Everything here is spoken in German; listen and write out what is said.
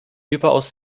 überaus